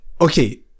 okay